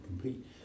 compete